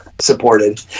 supported